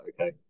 Okay